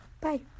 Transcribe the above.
Bye